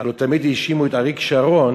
הלוא תמיד האשימו את אריק שרון